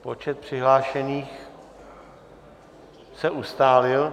Počet přihlášených se ustálil.